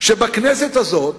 שבכנסת הזאת